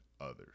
others